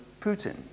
Putin